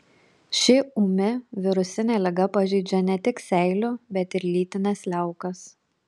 ši ūmi virusinė liga pažeidžia ne tik seilių bet ir lytines liaukas